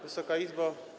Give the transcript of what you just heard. Wysoka Izbo!